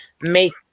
make